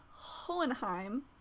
Hohenheim